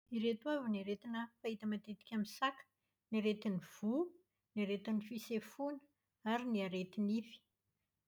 Ireto avy ny aretina fahita matetika amin'ny saka. Ny aretin'ny voa, ny aretin'ny fisefoana, ary ny areti-nify.